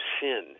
sin